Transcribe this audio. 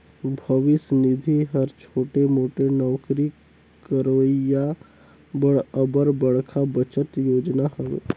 भविस निधि हर छोटे मोटे नउकरी करोइया बर अब्बड़ बड़खा बचत योजना हवे